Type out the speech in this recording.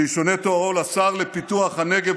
שישונה תוארו לשר לפיתוח הנגב,